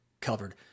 covered